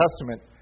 Testament